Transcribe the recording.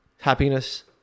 happiness